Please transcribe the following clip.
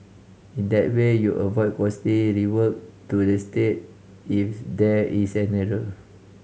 in that way you avoid costly rework to the state if there is an error